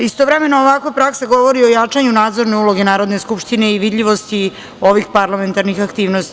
Istovremeno ovakva praksa govori o jačanju nadzorne uloge Narodne skupštine i vidljivosti ovih parlamentarnih aktivnosti.